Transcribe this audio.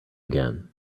again